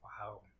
wow